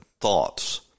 thoughts